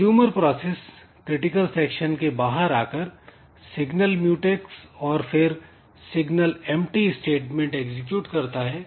consumer process critical section के बाहर आकर सिग्नल म्यूटेक्स और फिर सिग्नल empty स्टेटमेंट एग्जीक्यूट करता है